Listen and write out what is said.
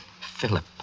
Philip